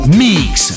mix